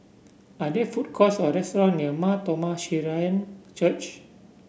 are there food courts or restaurant near Mar Thoma Syrian Church